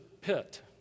pit